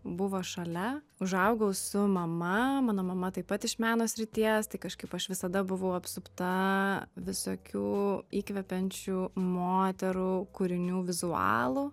buvo šalia užaugau su mama mano mama taip pat iš meno srities tai kažkaip aš visada buvau apsupta visokių įkvepiančių moterų kūrinių vizualų